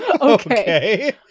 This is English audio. Okay